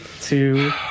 two